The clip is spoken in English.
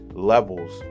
levels